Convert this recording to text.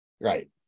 Right